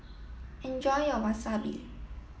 enjoy your wasabi